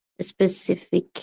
specific